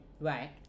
Right